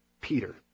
Peter